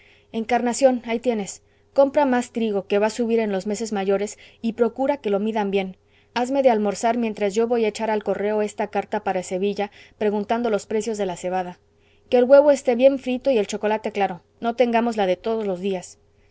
encarnación ahí tienes compra más trigo que va a subir en los meses mayores y procura que lo midan bien hazme de almorzar mientras yo voy a echar al correo esta carta para sevilla preguntando los precios de la cebada que el huevo esté bien frito y el chocolate claro no tengamos la de todos los días